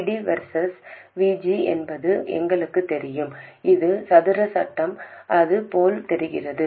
ID versus VG என்பது எங்களுக்குத் தெரியும் இது சதுர சட்டம் அது போல் தெரிகிறது